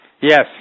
Yes